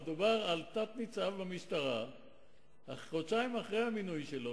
דובר על תת-ניצב במשטרה חודשיים אחרי המינוי שלו,